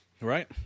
Right